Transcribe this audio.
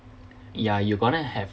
ya you're gonna have